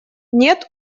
нет